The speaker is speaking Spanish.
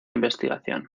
investigación